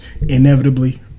inevitably